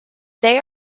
they